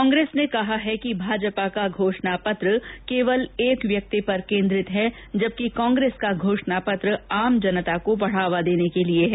कांग्रेस ने कहा है कि भाजपा का घोषणापत्र केवल एक व्यक्ति पर केन्द्रित है जबकि कांग्रेस का घोषणापत्र आम जनता को बढावा देने के लिए है